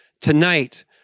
tonight